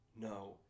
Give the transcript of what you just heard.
no